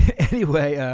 anyway,